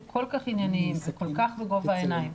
כל כך ענייניים וכל כך בגובה העיניים,